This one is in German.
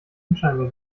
unscheinbar